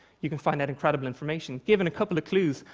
you can find out incredible information. given a couple of clues,